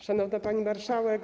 Szanowna Pani Marszałek!